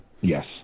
Yes